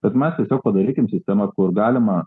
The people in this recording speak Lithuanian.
bet mes tiesiog padarykim sistemą kur galima